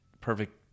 perfect